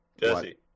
Jesse